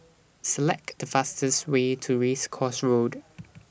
Select The fastest Way to Race Course Road